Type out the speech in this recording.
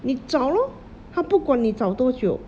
你找 lor 他不管你找多久